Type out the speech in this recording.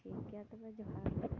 ᱴᱷᱤᱠ ᱜᱮᱭᱟ ᱛᱚᱵᱮ ᱡᱚᱸᱦᱟᱨ ᱜᱮ